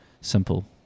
simple